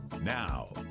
Now